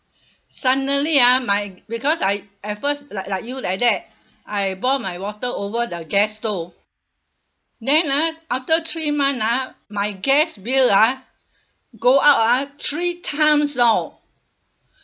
suddenly ah my because I at first like like you like that I boil my water over the gas stove then ah after three month ah my gas bill ah go up ah three times know